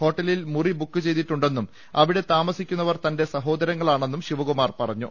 ഹോട്ടലിൽ മുറി ബുക് ചെയ്തിട്ടുണ്ടെന്നും അവിടെ താമസിക്കുന്നവർ തന്റെ സഹോദരങ്ങളാണെന്നും ശിവ കുമാർ പറഞ്ഞു